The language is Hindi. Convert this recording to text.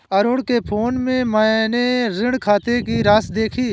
अरुण के फोन में मैने ऋण खाते की राशि देखी